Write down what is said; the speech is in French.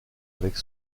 avec